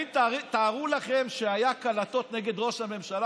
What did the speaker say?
תארו לכם שהיו קלטות נגד ראש הממשלה